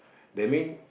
that mean